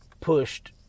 pushed